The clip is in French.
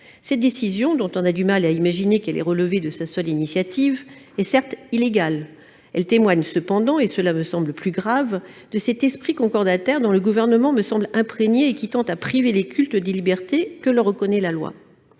Cette décision, dont on a du mal à imaginer qu'elle ait relevé de sa seule initiative, est certes illégale. Elle témoigne cependant- et cela me semble plus grave -de cet « esprit concordataire » dont le Gouvernement me semble imprégné et qui tend à priver les cultes des libertés que leur reconnaît la loi.